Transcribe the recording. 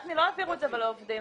אבל לא העבירו את זה לעובדים.